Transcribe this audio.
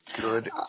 Good